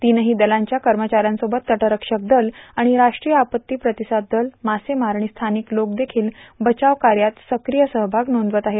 तिनही दलांच्या कर्मचाऱ्यांसोबत तटरक्षक दल आणि राष्ट्रीय आपत्ती प्रतिसाद दल मासेमार आणि स्थानिक लोक देखील बचाव कार्यात सकीय सहभाग नोंदवत आहेत